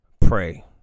Pray